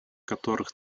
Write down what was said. которых